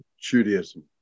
Judaism